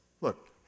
Look